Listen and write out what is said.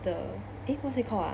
the eh what's it called ah